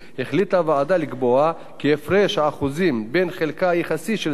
החליטה הוועדה לקבוע כי הפרש האחוזים בין חלקה היחסי של סיעה